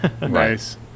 Nice